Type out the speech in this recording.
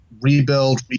rebuild